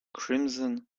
crimson